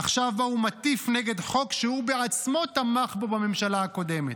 עכשיו הוא מטיף נגד חוק שהוא בעצמו תמך בו בממשלה הקודמת.